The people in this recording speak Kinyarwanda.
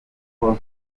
kuko